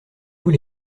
vous